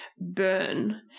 burn